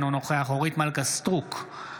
אינו נוכח אורית מלכה סטרוק,